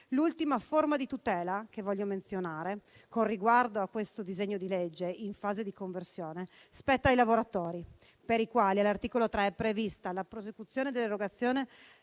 L'ultima forma di tutela che voglio menzionare, con riguardo a questo decreto-legge in fase di conversione, spetta ai lavoratori, per i quali all'articolo 3 è prevista la prosecuzione dell'erogazione